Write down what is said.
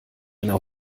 einer